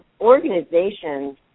organizations